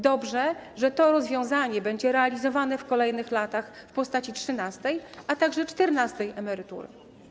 Dobrze, że to rozwiązanie będzie realizowane w kolejnych latach w postaci trzynastej, a także czternastej emerytury.